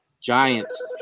Giants